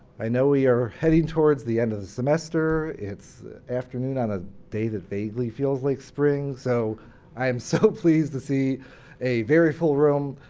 i know you're heading towards the end of the semester, it's afternoon on a dated vaguely feels like spring, so i am so pleased to see a very full room.